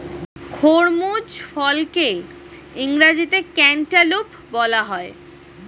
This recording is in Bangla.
খরমুজ ফলকে ইংরেজিতে ক্যান্টালুপ বলা হয়